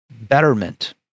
betterment